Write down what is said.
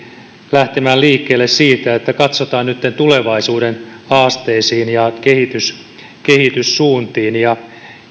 lähtemään liikkeelle siitä että katsotaan nytten tulevaisuuden haasteisiin ja kehityssuuntiin